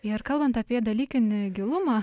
ir kalbant apie dalykinį gilumą